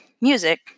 music